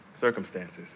circumstances